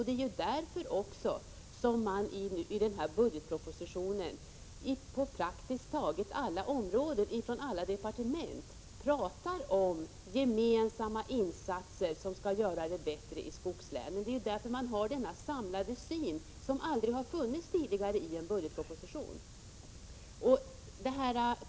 Det är också därför som man i budgetpropositionen på praktiskt taget alla områden, från alla departement, pratar om gemensamma insatser som skall göra det bättre i skogslänen. Det är därför man har denna samlade syn, som aldrig har funnits tidigare i en budgetproposition.